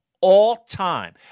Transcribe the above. all-time